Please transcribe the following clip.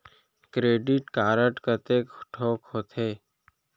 Credit card कतेक ठोक होथे?